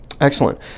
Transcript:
Excellent